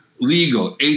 legal